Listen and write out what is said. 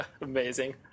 Amazing